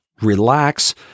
relax